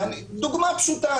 דוגמה פשוטה.